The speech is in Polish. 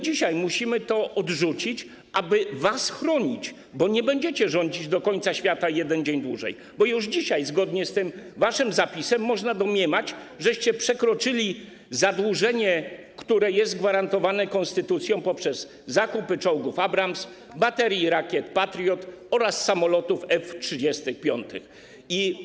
Dzisiaj musimy to odrzucić, aby was chronić, bo nie będziecie rządzić do końca świata i jeden dzień dłużej, bo już dzisiaj zgodnie z tym waszym zapisem można domniemać, że przekroczyliście zadłużenie, które jest gwarantowane konstytucją, poprzez zakupy czołgów Abrams, baterii rakiet Patriot oraz samolotów F-35.